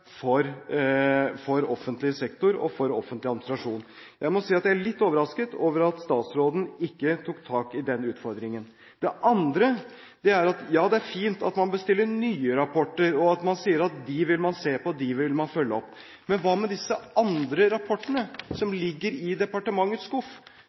for offentlig sektor og for offentlig administrasjon. Jeg må si at jeg er litt overrasket over at statsråden ikke tok tak i den utfordringen. Så er det fint at man bestiller nye rapporter, og at man sier at dem vil man se på, dem vil man følge opp, men hva med disse andre rapportene, som ligger i departementets skuff?